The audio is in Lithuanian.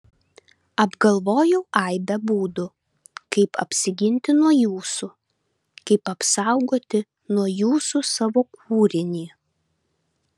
apgalvojau aibę būdų kaip apsiginti nuo jūsų kaip apsaugoti nuo jūsų savo kūrinį